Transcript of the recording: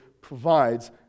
provides